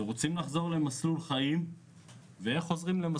אנחנו רוצים למסלול חיים אבל איך חוזרים?